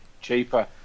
Cheaper